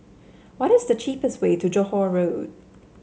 what is the cheapest way to Johore Road